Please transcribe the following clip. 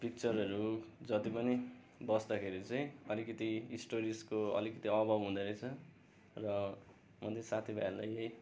पिक्चरहरू जति पनि बस्दाखेरि चाहिँ अलिकति स्टोरेजको अलिकति अभाव हुँदोरहेछ र म चाहिँ साथीभाइलाई यही